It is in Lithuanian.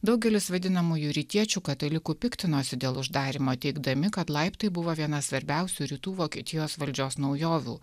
daugelis vadinamųjų rytiečių katalikų piktinosi dėl uždarymo teigdami kad laiptai buvo viena svarbiausių rytų vokietijos valdžios naujovių